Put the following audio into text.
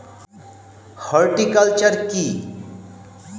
Horticulture কি?